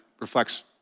reflects